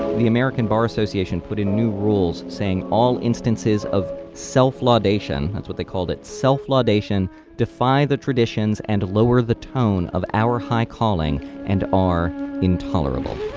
the american bar association put in new rules saying all instances of self-laudation, that's what they called it, self-laudation define the traditions and lower the tones of our high calling and are intolerable.